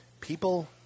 People